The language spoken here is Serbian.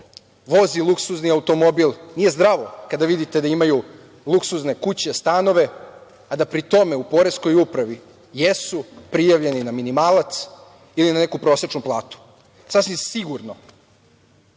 vozi luksuzni automobil, nije zdravo kada vidite da imaju luksuzne kuće, stanove, a da pri tome u poreskoj upravi jesu prijavljeni na minimalac ili na neku prosečnu platu. Sasvim sigurno,